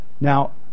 Now